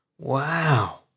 Wow